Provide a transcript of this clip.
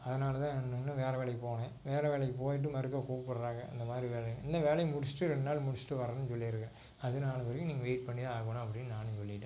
அதனால் தான் நின்று வேறு வேலைக்கு போனேன் வேறு வேலைக்கு போய்ட்டு மறுக்கா கூப்பிட்றாங்க இந்த மாதிரி வேலைன்னு இந்த வேலையை முடிச்சுட்டு ரெண்டு நாள் முடிச்சுட்டு வர்றேன்னு சொல்லியிருக்கேன் அது நாள் வரைக்கும் நீங்கள் வெயிட் பண்ணி தான் ஆகணும் அப்படின்னு நானும் சொல்லிவிட்டேன்